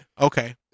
okay